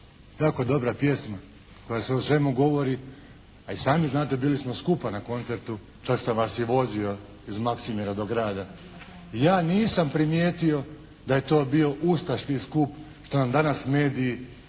Jako dobra pjesma koja sve o svemu govori, a i sami znate, bili smo skupa na koncertu, čak sam vas i vozio iz Maksimira do grada. Ja nisam primijetio da je to bio ustaški skup što nam danas mediji uporno